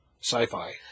sci-fi